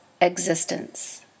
existence